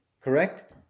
Correct